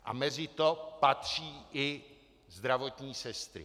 A mezi to patří i zdravotní sestry.